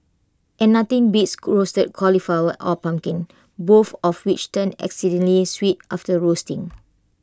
and nothing beats roasted cauliflower or pumpkin both of which turn exceedingly sweet after roasting